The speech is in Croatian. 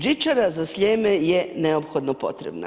Žičara za Sljeme je neophodno potrebna.